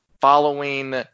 following